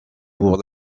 pour